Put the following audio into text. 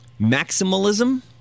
maximalism